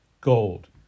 gold